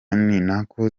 ninako